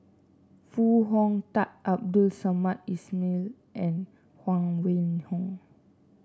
Foo Hong Tatt Abdul Samad Ismail and Huang Wenhong